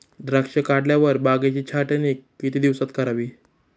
द्राक्षे काढल्यावर बागेची छाटणी किती दिवसात करावी?